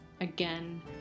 Again